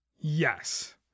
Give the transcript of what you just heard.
Yes